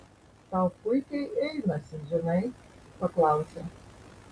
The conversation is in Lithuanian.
tau puikiai einasi žinai paklausė